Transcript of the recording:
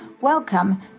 Welcome